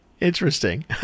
Interesting